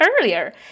earlier